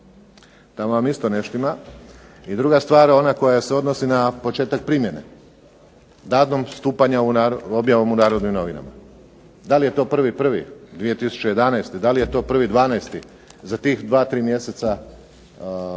tamo vam isto ne štima. I druga stvar, ona koja se odnosi na početak primjene, danom stupanja u, objavom u Narodnim novinama. Da li je to 1.1.2011., da li je to 1.12., za tih 2, 3 mjeseca ne